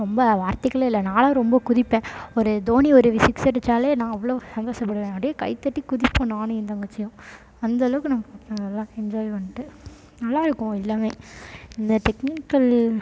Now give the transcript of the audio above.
ரொம்ப வார்த்தைகளே இல்லை நான்லாம் ரொம்ப குதிப்பேன் ஒரு தோனி ஒரு சிக்ஸ் அடித்தாலே நான் அவ்வளோ சந்தோஷப்படுவேன் அப்படியே கைத்தட்டி குதிப்பேன் நானும் என் தங்கச்சியும் அந்தளவுக்கு நான் நல்லா என்ஜாய் பண்ணிவிட்டு நல்லா இருக்கும் எல்லாமே இந்த டெக்னிக்கல்